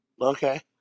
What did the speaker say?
Okay